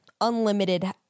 unlimited